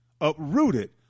uprooted